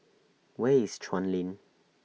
Where IS Chuan Lane